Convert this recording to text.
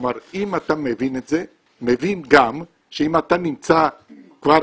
אם אתה מבין את זה אתה מבין גם שאם אתה נמצא כבר